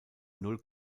null